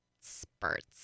spurts